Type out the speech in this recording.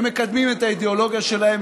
והם מקדמים את האידיאולוגיה שלהם,